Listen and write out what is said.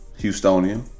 Houstonian